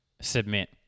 submit